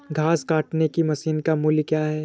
घास काटने की मशीन का मूल्य क्या है?